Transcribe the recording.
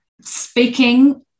Speaking